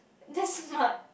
that's smart